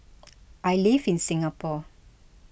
I live in Singapore